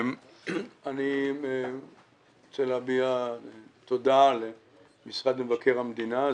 אני רוצה להביע תודה למשרד מבקר המדינה.